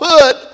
put